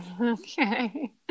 Okay